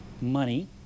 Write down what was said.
Money